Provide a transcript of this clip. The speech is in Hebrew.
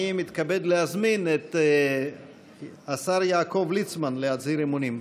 אני מתכבד להזמין את השר יעקב ליצמן להצהיר אמונים.